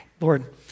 Lord